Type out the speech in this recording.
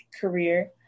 career